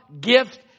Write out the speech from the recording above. gift